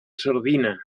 sardina